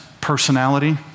personality